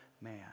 man